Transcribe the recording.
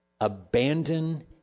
Abandon